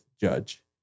judge